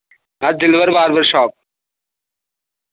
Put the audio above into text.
हैं Dilbar barber shop